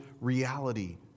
reality